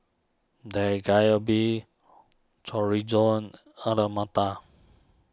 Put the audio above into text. Dak Galbi Chorizo Alu Matar